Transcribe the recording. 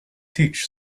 teach